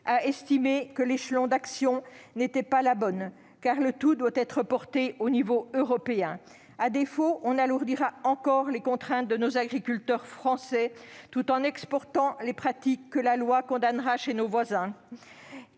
a estimé que l'échelle d'action n'était pas la bonne, car la question doit, dans son ensemble, être portée au niveau européen. À défaut, on alourdirait encore les contraintes sur nos agriculteurs français, tout en exportant les pratiques que la loi condamnera chez nos voisins,